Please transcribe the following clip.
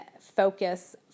focus